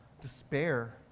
Despair